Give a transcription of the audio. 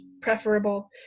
preferable